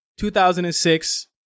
2006